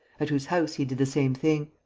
at whose house he did the same thing.